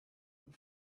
and